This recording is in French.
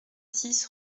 six